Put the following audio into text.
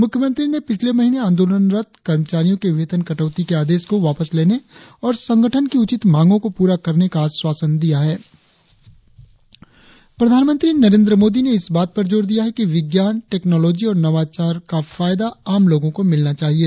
मुख्यमंत्री ने पिछले महीने आंदोलनरत कर्मचारियों के वेतन कटौती के आदेश को वापस लेने और संगठन की उचित मांगों को पूरा करने का आश्वासन दिया है प्रधानमंत्री नरेंद्र मोदी ने इस बात पर जोर दिया है कि विज्ञान टेक्नोलॉजी और नवाचार का फायदा आम लोगों को मिलना चाहिए